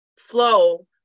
flow